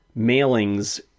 mailings